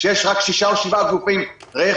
כשיש רק שישה או שבעה גופים --- בנקים,